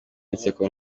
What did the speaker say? inseko